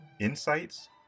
Insights